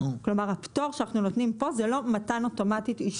כלומר הפטור שאנחנו נותנים פה זה לא מתן אוטומטית אישור.